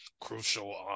crucial